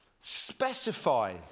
specify